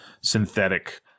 synthetic